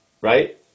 right